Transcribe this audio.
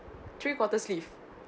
three quarter sleeve